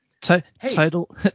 title